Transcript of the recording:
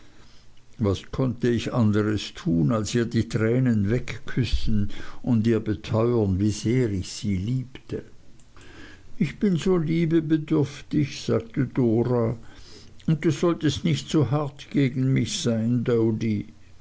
was konnte ich anderes tun als ihr die tränen wegküssen und ihr beteuern wie sehr ich sie liebte ich bin so liebebedürftig sagte dora und du solltest nicht so hart gegen mich sein